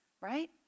right